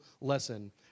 lesson